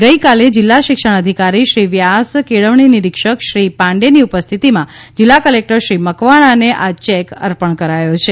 ગઇકાલે જિલ્લા શિક્ષણાધિકારી શ્રી વ્યાસ કેળવણી નિરીક્ષક શ્રી પાંડેની ઉપસ્થિતીમા જિલ્લા કલેક્ટર શ્રી મકવાણાને આ ચેક અર્પણ કરાયો હતો